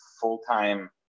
full-time